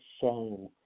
shame